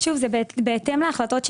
פה זו בעיקר האמירה לגבי